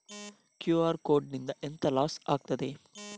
QR code ನಿಂದ ಎಂತ loss ಆಗ್ತದೆ?